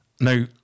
Now